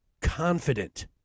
confident